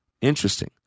Interesting